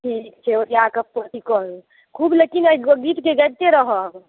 ठीक छै ओरियाके अथी करू खूब लेकिन अइ गीतके गबिते रहब